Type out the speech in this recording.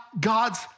God's